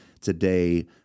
today